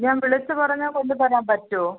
ഞാൻ വിളിച്ച് പറഞ്ഞാൽ കൊണ്ട് തരാൻ പറ്റുമോ